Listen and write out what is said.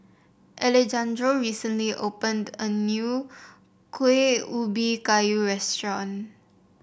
Alejandro recently opened a new Kuih Ubi Kayu restaurant